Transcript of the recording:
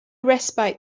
respite